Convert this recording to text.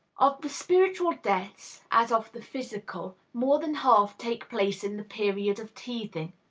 of the spiritual deaths, as of the physical, more than half take place in the period of teething.